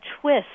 twist